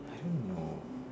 I don't know